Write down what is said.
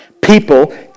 People